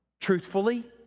truthfully